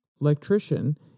electrician